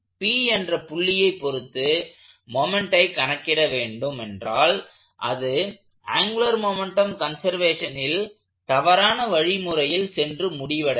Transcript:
P என்ற புள்ளியை பொருத்து மொமெண்ட்டை கணக்கிட வேண்டும் என்றால் அது ஆங்குலர் மொமெண்ட்டம் கன்வர்ஷேசனில் தவறான வழிமுறையில் சென்று முடிவடையும்